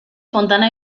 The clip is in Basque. fontana